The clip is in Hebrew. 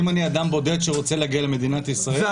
אם אני אדם בודד שרוצה להגיע למדינת ישראל,